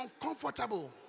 uncomfortable